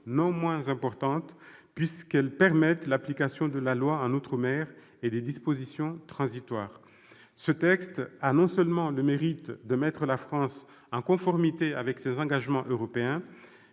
non moins importants, puisqu'ils permettent l'application de la loi en outre-mer et prévoient des dispositions transitoires. Ce texte a le mérite de mettre la France en conformité avec ses engagements européens.